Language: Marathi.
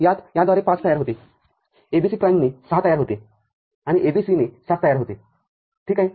यात याद्वारे ५ तयार होते A B C प्राईमने ६ तयार होतेआणि A B C ने ७ तयार होते ठीक आहे